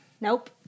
Nope